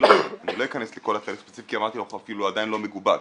אני לא אכנס לכל התהליך ספציפית כי אמרתי לך הוא אפילו עדיין לא מגובש.